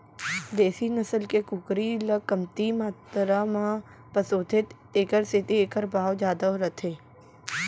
देसी नसल के कुकरी ल कमती मातरा म पोसथें तेकर सेती एकर भाव जादा रथे